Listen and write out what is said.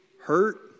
Hurt